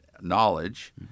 knowledge